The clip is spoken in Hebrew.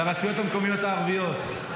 לרשויות המקומיות הערביות.